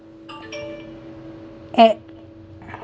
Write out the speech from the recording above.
at